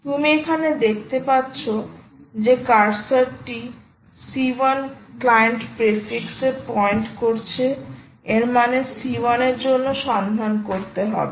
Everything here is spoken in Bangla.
তুমি এখানে দেখতে পাচ্ছ যে কার্সারটি C1 ক্লায়েন্ট প্রেফিক্স এ পয়েন্ট করছে এর মানে C1 এর জন্য সন্ধান করতে হবে